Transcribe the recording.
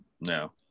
No